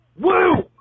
woo